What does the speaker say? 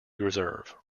reserve